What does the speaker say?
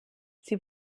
sie